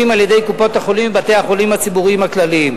על-ידי קופות-החולים בבתי-החולים הציבוריים הכלליים.